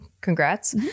Congrats